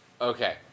Okay